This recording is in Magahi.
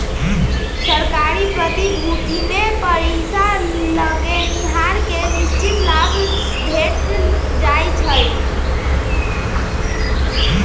सरकारी प्रतिभूतिमें पइसा लगैनिहार के निश्चित लाभ भेंट जाइ छइ